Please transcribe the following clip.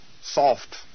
soft